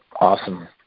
awesome